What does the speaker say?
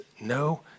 no